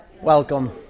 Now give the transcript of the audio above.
Welcome